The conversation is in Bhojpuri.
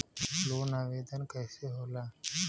लोन आवेदन कैसे होला?